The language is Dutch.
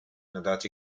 nadat